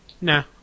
Nah